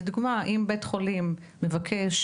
לדוגמה, אם בית חולים מבקש